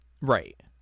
Right